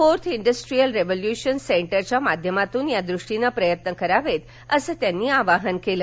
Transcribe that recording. fourth industrial revolution सेंटरच्या माध्यमातून या दृष्टीने प्रयत्न करावेत असं त्यांनी आवाहन केलं